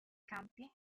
campi